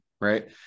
Right